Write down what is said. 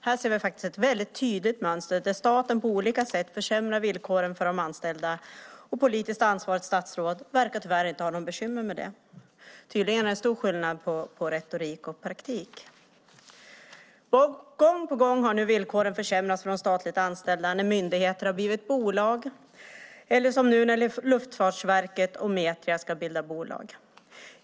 Här ser vi ett väldigt tydligt mönster där staten på olika sätt försämrar villkoren för de anställda, men det politiskt ansvariga statsrådet verkar tyvärr inte ha något bekymmer med det. Tydligen är det stor skillnad på retorik och praktik. Gång på gång har nu villkoren försämrats för de statligt anställda när myndigheter har blivit bolag eller som nu när Luftfartsverket och Metria ska bilda bolag.